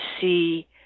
see